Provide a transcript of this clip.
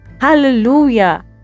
hallelujah